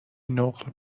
نقل